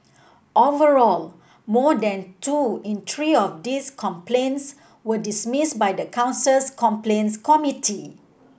overall more than two in three of these complaints were dismissed by the council's complaints committee